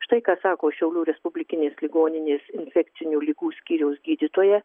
štai ką sako šiaulių respublikinės ligoninės infekcinių ligų skyriaus gydytoja